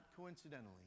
coincidentally